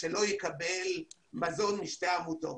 שהאדם לא יקבל מזון משתי עמותות.